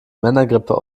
männergrippe